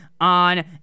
on